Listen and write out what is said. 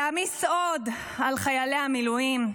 להעמיס עוד על חיילי המילואים,